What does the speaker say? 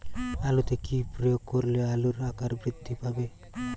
আলুতে কি প্রয়োগ করলে আলুর আকার বৃদ্ধি পাবে?